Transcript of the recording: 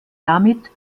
damit